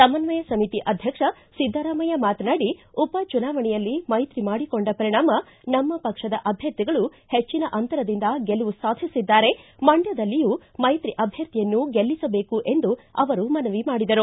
ಸಮನ್ವಯ ಸಮಿತಿ ಅಧ್ಯಕ್ಷ ಸಿದ್ದರಾಮಯ್ಯ ಮಾತನಾಡಿ ಉಪ ಚುನಾವಾಣೆಯಲ್ಲಿ ಮೈತ್ರಿ ಮಾಡಿಕೊಂಡ ಪರಿಣಾಮ ನಮ್ಮ ಪಕ್ಷದ ಅಭ್ಯರ್ಥಿಗಳು ಪೆಚ್ಚಿನ ಅಂತರದಿಂದ ಗೆಲುವು ಸಾಧಿಸಿದ್ದಾರೆ ಮಂಡ್ಕದಲ್ಲಿಯೂ ಮೈತ್ರಿ ಅಭ್ಯರ್ಥಿಯನ್ನು ಗೆಲ್ಲಿಸಬೇಕು ಎಂದು ಮನವಿ ಮಾಡಿದರು